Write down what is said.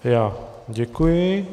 Já děkuji.